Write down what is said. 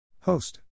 host